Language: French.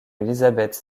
elizabeth